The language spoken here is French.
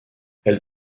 elle